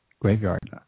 graveyard